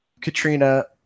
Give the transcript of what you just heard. Katrina